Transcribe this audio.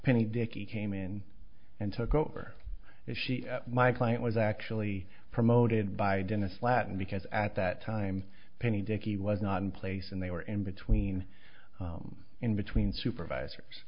penny dickey came in and took over as she my client was actually promoted by dennis latin because at that time penny dickey was not in place and they were in between in between supervisors